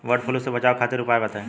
वड फ्लू से बचाव खातिर उपाय बताई?